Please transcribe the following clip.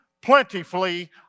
plentifully